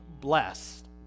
blessed